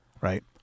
Right